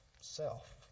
self